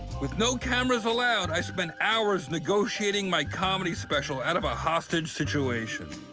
with no cameras allowed, i spent hours negotiating my comedy special out of a hostage situation.